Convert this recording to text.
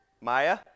Maya